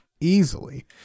easily